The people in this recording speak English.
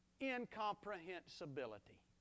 Incomprehensibility